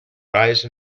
rise